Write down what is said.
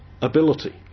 ability